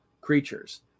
creatures